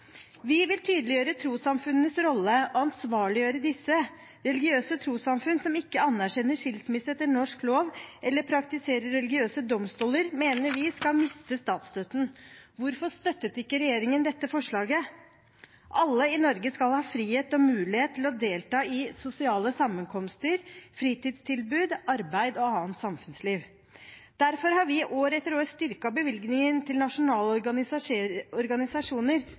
Vi vil tydeliggjøre trossamfunnenes rolle og ansvarliggjøre disse. Religiøse trossamfunn som ikke anerkjenner skilsmisse etter norsk lov, eller praktiserer religiøse domstoler, mener vi skal miste statsstøtten. Hvorfor støttet ikke regjeringen dette forslaget? Alle i Norge skal ha frihet og mulighet til å delta i sosiale sammenkomster, fritidstilbud, arbeid og annet samfunnsliv. Derfor har vi år etter år styrket bevilgningen til nasjonale organisasjoner